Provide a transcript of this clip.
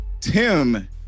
Tim